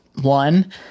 One